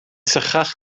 sychach